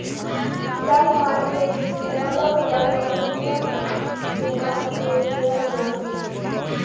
stock market में अलग अलग कंपनियन के नाम से शेयर होला